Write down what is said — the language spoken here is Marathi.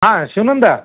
हां शिवनंदा